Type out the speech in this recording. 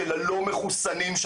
בוחנים אותם וכל הזמן